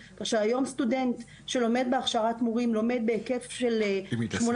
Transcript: כך שהיום סטודנט שלומד בהכשרת מורים לומד בהיקף של 18